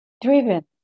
driven